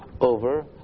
over